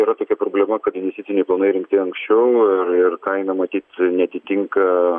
yra tokia problema kad septyni plani rinkti anksčiau ir ir kaina matyt neatitinka